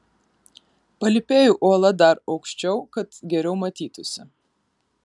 palypėju uola dar aukščiau kad geriau matytųsi